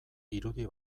irudi